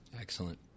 Excellent